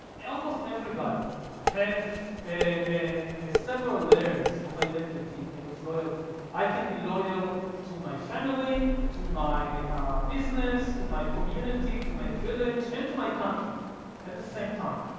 almost everybody have a several layers of identity and of loyalty. i can be loyal to my family, to my business, to my community, to my village and to my country at the same time,